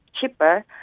cheaper